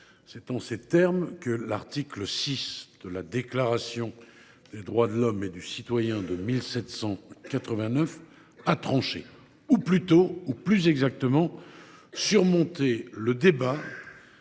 les sénateurs, que l’article VI de la Déclaration des droits de l’homme et du citoyen de 1789 a tranché ou, plus exactement, surmonté le débat